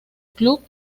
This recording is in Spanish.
club